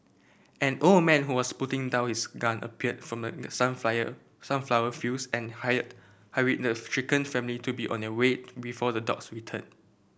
an old man who was putting down his gun appeared from the sunflower fields and hired hurried the shaken family to be on their way before the dogs return